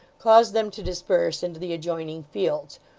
caused them to disperse into the adjoining fields,